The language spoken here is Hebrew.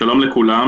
שלום לכולם,